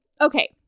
Okay